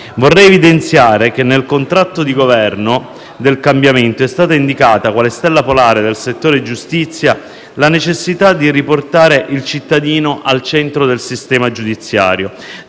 Vorrei evidenziare che nel contratto di Governo del cambiamento è stata indicata - quale stella polare del settore giustizia - la necessità di riportare il cittadino al centro del sistema giudiziario.